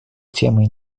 темой